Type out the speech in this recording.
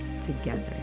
together